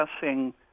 discussing